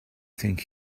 think